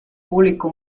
publicó